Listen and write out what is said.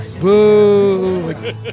boo